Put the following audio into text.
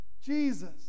Jesus